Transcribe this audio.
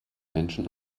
menschen